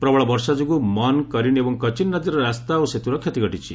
ପ୍ରବଳ ବର୍ଷା ଯୋଗୁଁ ମନ୍ କରୀନ୍ ଏବଂ କଚିନ୍ ରାଜ୍ୟରେ ରାସ୍ତା ଓ ସେତୁର କ୍ଷତି ଘଟିଛି